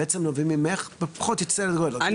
בעקבות ריחות שכנראה נובעים מפעילות שוטפת במתקן